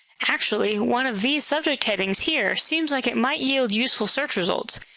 actually, one of these subject headings here seems like it might yield useful search results.